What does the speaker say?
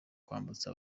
kwambutsa